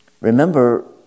remember